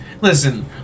listen